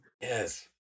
Yes